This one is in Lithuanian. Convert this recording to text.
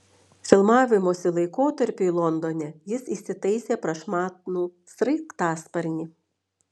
filmavimosi laikotarpiui londone jis įsitaisė prašmatnų sraigtasparnį